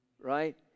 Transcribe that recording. right